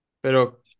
Pero